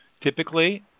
Typically